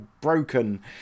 broken